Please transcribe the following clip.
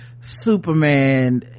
superman